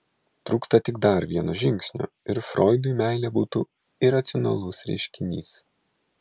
trūksta tik dar vieno žingsnio ir froidui meilė būtų iracionalus reiškinys